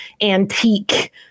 antique